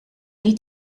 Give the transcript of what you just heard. niet